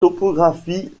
topographie